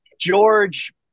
George